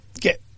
get